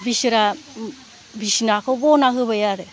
बिसोनाखौ बना होबाय आरो